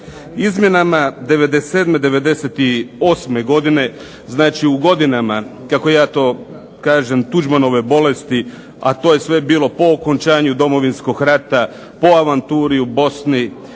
Izmjenama '97., '98. godine, znači u godinama kako ja to kažem Tuđmanove bolesti, a to je sve bilo po okončanju Domovinskog rata, po avanturi u Bosni,